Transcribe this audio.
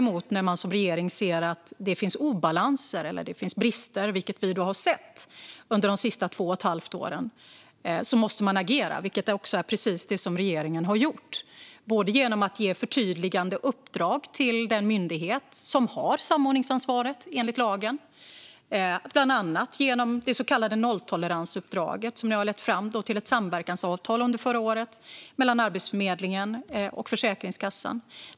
Men när man som regering ser att det finns obalanser eller brister, vilket vi har sett under de senaste två och ett halvt åren, måste man agera, vilket också är precis vad regeringen har gjort genom att ge förtydligande uppdrag till den myndighet som enligt lagen har samordningsansvaret. Det så kallade nolltoleransuppdraget ledde under förra året fram till ett samverkansavtal mellan Arbetsförmedlingen och Försäkringskassan.